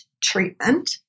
treatment